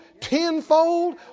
tenfold